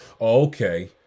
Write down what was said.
okay